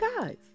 guys